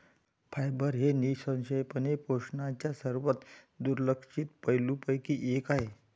fibre हे निःसंशयपणे पोषणाच्या सर्वात दुर्लक्षित पैलूंपैकी एक आहे